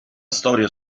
storia